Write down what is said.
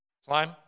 Slime